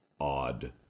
odd